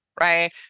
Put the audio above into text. right